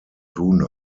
tun